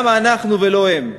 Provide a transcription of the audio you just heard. למה אנחנו ולא הם,